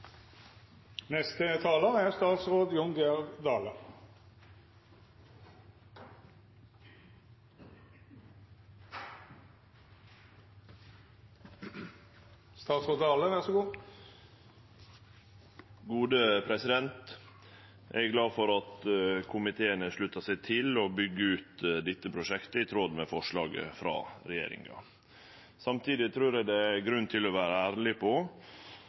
Eg er glad for at komiteen har slutta seg til å byggje ut dette prosjektet i tråd med forslaget frå regjeringa. Samtidig trur eg det er grunn til å vere ærleg på